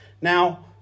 Now